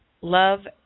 love